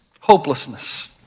Hopelessness